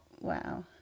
wow